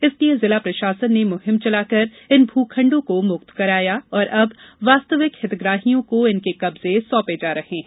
इसलिये जिला प्रशासन ने मुहिम चलाकर इन भू खण्डों को मुक्त कराया और अब वास्तविक हितग्राहियों को इनके कब्जे सौंपे जा रहे हैं